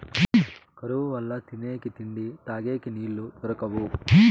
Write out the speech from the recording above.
కరువు వల్ల తినేకి తిండి, తగేకి నీళ్ళు దొరకవు